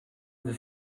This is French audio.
dix